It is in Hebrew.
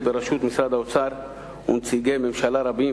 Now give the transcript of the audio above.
בראשות משרד האוצר ונציגי ממשלה רבים,